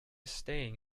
staying